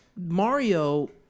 Mario